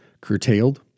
curtailed